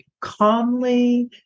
calmly